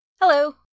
Hello